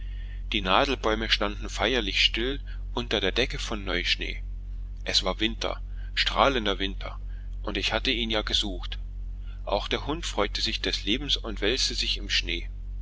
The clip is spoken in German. die nadelbäume standen feierlich still unter der decke von neuschnee es war winter strahlender winter und ihn hatte ich ja gesucht auch der hund freute sich des lebens und wälzte sich im schnee